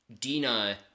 Dina